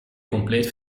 compleet